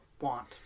want